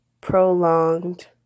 prolonged